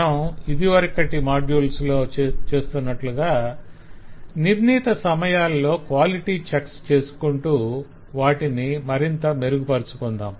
మనం ఇదివరకటి మాడ్యుల్స్ లో చేస్తున్నట్లుగా నిర్ణీతసమయాల్లో క్వాలిటీ చెక్స్ చేసుకుంటూ వాటిని మరింత మెరుగుపరచుకుందాం